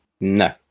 No